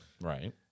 Right